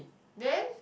then